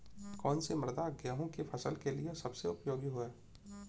कौन सी मृदा गेहूँ की फसल के लिए सबसे उपयोगी है?